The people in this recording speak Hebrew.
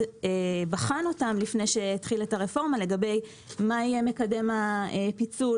בחן אותם לפני שהתחיל את הרפורמה לגבי מה יהיה מקדם הפיצול,